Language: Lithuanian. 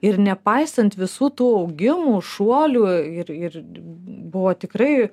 ir nepaisant visų tų augimų šuolių ir ir buvo tikrai